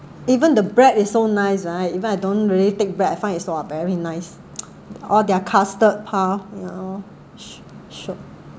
even the bread is so nice right even I don't really take bread I find it's !wah! very nice or their custard puff[oh] sh~ shiok